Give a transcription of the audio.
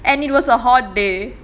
and it was a hot day